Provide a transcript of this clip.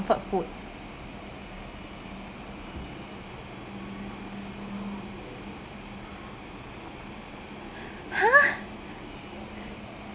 comfort food !huh!